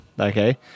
Okay